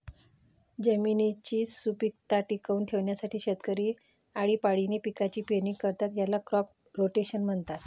जमिनीची सुपीकता टिकवून ठेवण्यासाठी शेतकरी आळीपाळीने पिकांची पेरणी करतात, याला क्रॉप रोटेशन म्हणतात